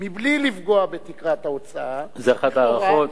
בלי לפגוע בתקרת ההוצאה, לכאורה, זו אחת ההערכות.